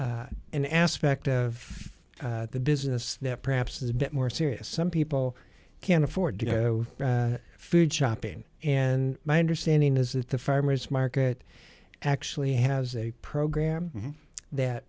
about an aspect of the business that perhaps is a bit more serious some people can't afford to go food shopping and my understanding is that the farmers market actually has a program that